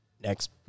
next